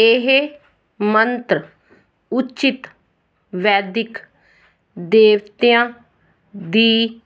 ਇਹ ਮੰਤਰ ਉਚਿਤ ਵੈਦਿਕ ਦੇਵਤਿਆਂ ਦੀ